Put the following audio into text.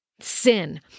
sin